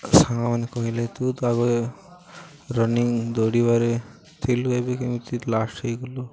ସାଙ୍ଗମାନେ କହିଲେ ତୁ ତ ଆଗ ରନିଙ୍ଗ ଦୌଡ଼ିବାରେ ଥିଲୁ ଏବେ କେମିତି ଲାଷ୍ଟ ହେଇଗଲୁ